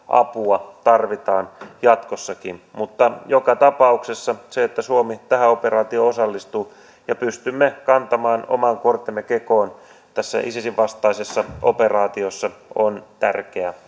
apua tarvitaan jatkossakin mutta joka tapauksessa se että suomi tähän operaatioon osallistuu ja pystymme kantamaan oman kortemme kekoon tässä isisin vastaisessa operaatiossa on tärkeä